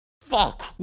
fuck